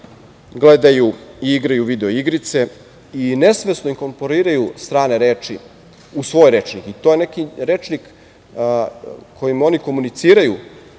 gledaju i igraju video igrice i nesvesno inkorporiraju strane reči u svoj rečnik. To je neki rečnim kojim oni komuniciraju